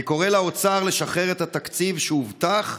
אני קורא לאוצר לשחרר את התקציב שהובטח,